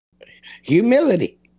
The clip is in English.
Humility